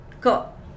Cool